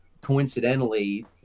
coincidentally